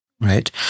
right